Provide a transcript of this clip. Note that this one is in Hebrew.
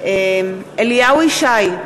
בהצבעה אליהו ישי,